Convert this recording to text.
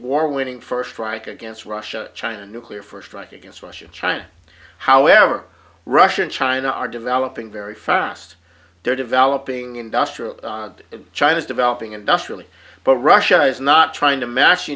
war winning first strike against russia china nuclear first strike against russia china however russia and china are developing very fast they're developing industrial china's developing industrially but russia is not trying to match